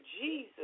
Jesus